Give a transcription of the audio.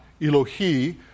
Elohi